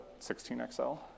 16XL